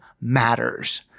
matters